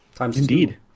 Indeed